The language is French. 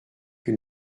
que